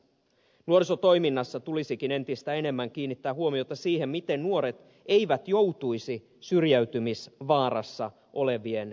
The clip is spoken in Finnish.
nuorisotoiminnassa tulisikin entistä enemmän kiinnittää huomiota siihen miten nuoret eivät joutuisi syrjäytymisvaarassa olevien joukkoon